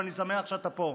ואני שמח שאתה פה: